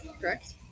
Correct